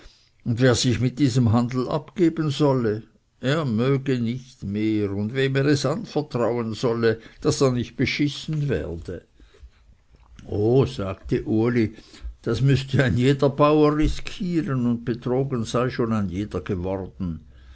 und wer sich mit diesem handel abgeben solle er möge nicht mehr nach und wem er es anvertrauen solle daß er nicht bschissen werde oh sagte uli das müsse ein jeder bauer riskieren und betrogen sei schon ein jeder geworden